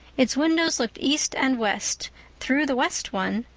its windows looked east and west through the west one,